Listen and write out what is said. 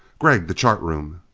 gregg! the chart room!